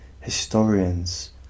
historians